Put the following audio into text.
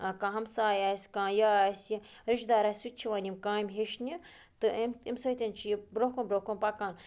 کانٛہہ ہمساے آسہِ کانٛہہ یہِ آسہِ رِشد دار آسہِ سُہ تہِ چھِ وۄنۍ یِم کامہِ ہیٚچھنہِ تہٕ امہِ امہِ سۭتۍ چھِ یہِ برٛونٛہہ کُن برٛونٛہہ کُن پَکان